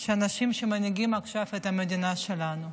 של האנשים שמנהיגים עכשיו את המדינה שלנו.